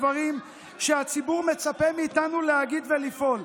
הדברים שהציבור מצפה מאיתנו להגיד ולפעול.